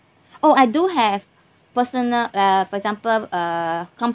oh I do have personal uh for example uh com~